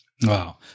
Wow